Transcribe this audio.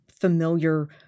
familiar